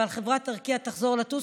אבל חברת ארקיע תחזור לטוס,